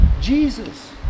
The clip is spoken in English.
Jesus